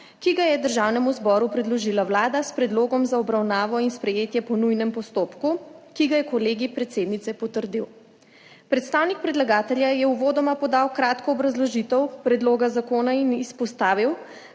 ki ga je Državnemu zboru predložila Vlada s predlogom za obravnavo in sprejetje po nujnem postopku, ki ga je Kolegij predsednice potrdil. Predstavnik predlagatelja je uvodoma podal kratko obrazložitev predloga zakona in izpostavil,